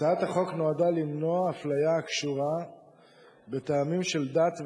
הצעת החוק נועדה למנוע אפליה הקשורה בטעמים של דת ולאום,